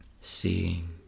Seeing